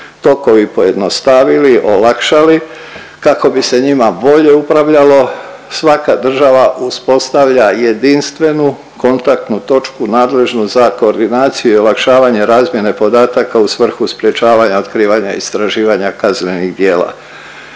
tokovi pojednostavili olakšali, kako bi se njima bolje upravljalo svaka država uspostavlja jedinstvenu kontaktnu točku nadležnu za koordinaciju i olakšavanje razmjene podataka u svrhu sprječavanja otkrivanja istraživanja kaznenih djela.